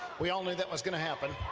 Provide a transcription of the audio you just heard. we all knew that was going to happen,